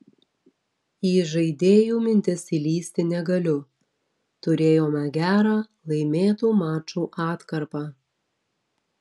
į žaidėjų mintis įlįsti negaliu turėjome gerą laimėtų mačų atkarpą